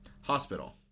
hospital